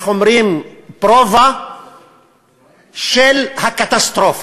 איך אומרים, prova של הקטסטרופה.